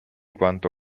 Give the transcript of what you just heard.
quanto